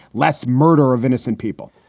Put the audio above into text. less murder of innocent people?